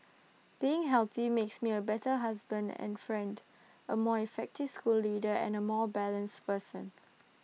being healthy makes me A better husband and friend A more effective school leader and A more balanced person